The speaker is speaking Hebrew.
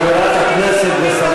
תודה לחברת הכנסת זהבה גלאון.